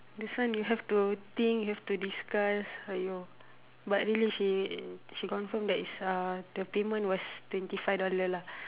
this one you have to think you have to discuss !aiyo! but really she she confirm that is uh the payment was twenty five dollar lah